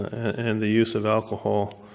and the use of alcohol.